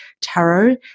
tarot